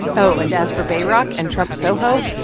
oh, and as for bayrock and trump soho,